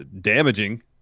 damaging